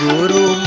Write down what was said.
Guru